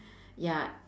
ya